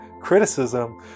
criticism